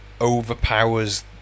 overpowers